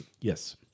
Yes